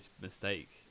mistake